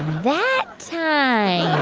that time